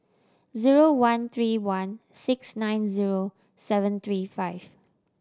zero one three one six nine zero seven three five